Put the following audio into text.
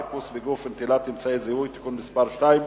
חיפוש בגוף ונטילת אמצעי זיהוי) (תיקון מס' 2),